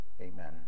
amen